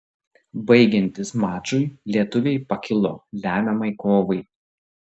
baigiantis mačui lietuviai pakilo lemiamai kovai